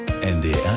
NDR